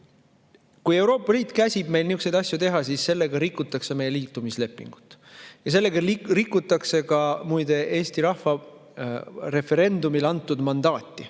Kui Euroopa Liit käsib meil niisuguseid asju teha, siis sellega rikutakse meie liitumislepingut. Sellega muide rikutakse ka Eesti rahva referendumil antud mandaati